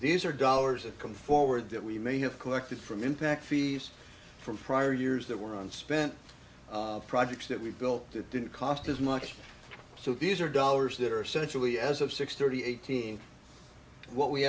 these are dollars that come forward that we may have collected from impact fees from prior years that were on spent projects that we built it didn't cost as much so these are dollars that are essentially as of six thirty eighteen what we